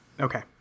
Okay